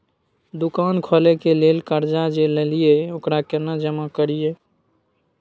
दुकान खोले के लेल कर्जा जे ललिए ओकरा केना जमा करिए?